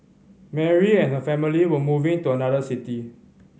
Mary and her family were moving to another city